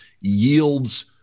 yields